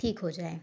ठीक हो जाए